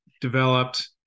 developed